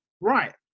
Right